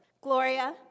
Gloria